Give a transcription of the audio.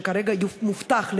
שכרגע מובטח לאיראן,